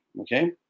Okay